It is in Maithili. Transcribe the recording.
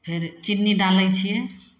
फेर चिन्नी डालै छिए